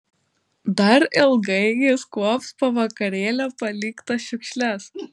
dar ilgai jis kuops po vakarėlio paliktas šiukšles